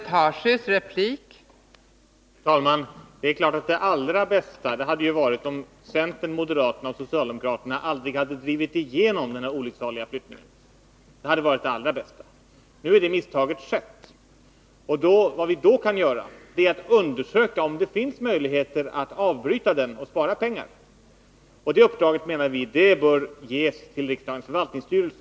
Fru talman! Det är klart att det allra bästa hade varit om centern, moderaterna och socialdemokraterna aldrig hade drivit igenom denna olycksaliga flyttning. Nu har det misstaget skett, och vad vi då kan göra är att undersöka om det finns möjligheter att avbryta ombyggnaden och spara pengar. Det uppdraget anser vi bör ges till riksdagens förvaltningsstyrelse.